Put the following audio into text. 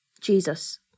Jesus